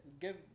Give